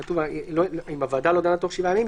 כתוב: אם הוועדה לא דנה תוך שבעה ימים,